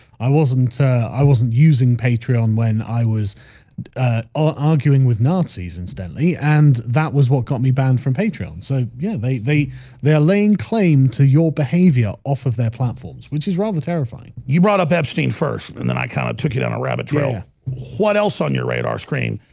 i wasn't i wasn't using patreon when i was arguing with nazis instantly and that was what got me banned from patreon so yeah, maybe they're laying claim to your behavior off of their platforms, which is rather terrifying you brought up epstein first and then i kind of took it on a rabbit drill. what else on your radar screen?